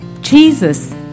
Jesus